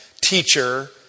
teacher